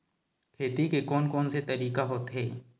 खेती के कोन कोन से तरीका होथे?